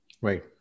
Right